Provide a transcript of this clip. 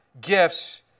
gifts